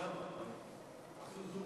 עשר דקות